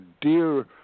dear